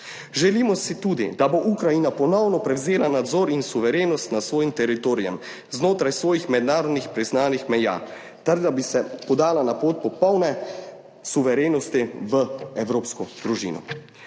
Želimo si tudi, da bo Ukrajina ponovno prevzela nadzor in suverenost nad svojim teritorijem znotraj svojih mednarodnih priznanih meja, ter da bi se podala na pot popolne suverenosti v evropsko družino.